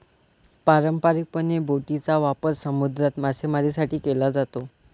पारंपारिकपणे, बोटींचा वापर समुद्रात मासेमारीसाठी केला जातो